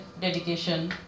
dedication